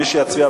מי שיצביע